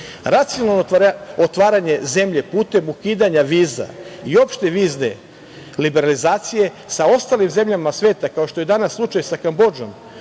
sveta. Racionalno otvaranje zemlje putem ukidanja viza i opšte vizne liberalizacije sa ostalim zemljama sveta, kao što je danas slučaj sa Kambodžom,